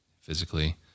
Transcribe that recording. physically